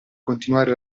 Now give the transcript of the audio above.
continuare